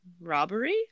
Robbery